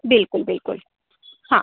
बिलकुल बिलकुल हां